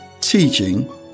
teaching